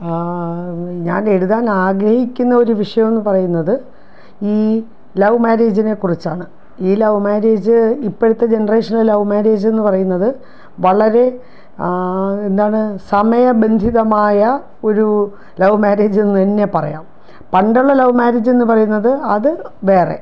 ഞാനെഴുതാൻ ആഗ്രഹിക്കുന്നൊരു വിഷയമെന്നു പറയുന്നത് ഈ ലൗവ് മാരേജിനെക്കുറിച്ചാണ് ഈ ലൗവ് മാരേജ് ഇപ്പോഴത്തെ ജനറേഷനിലെ ലൗവ് മാരേജെന്നു പറയുന്നത് വളരെ എന്താണ് സമയബന്ധിതമായ ഒരു ലൗവ് മാരേജെന്നു തന്നെ പറയാം പണ്ടുള്ള ലൗവ് മാരേജെന്നു പറയുന്നത് അതു വേറെ